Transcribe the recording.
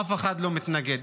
אף אחד לא מתנגד.